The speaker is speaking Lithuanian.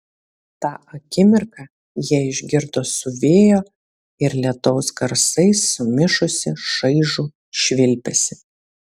tą akimirką jie išgirdo su vėjo ir lietaus garsais sumišusį šaižų švilpesį